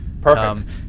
Perfect